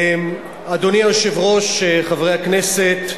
אדוני היושב-ראש, חברי הכנסת,